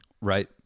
right